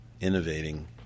innovating